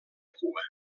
cua